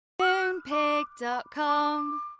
Moonpig.com